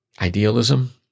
idealism